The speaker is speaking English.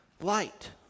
light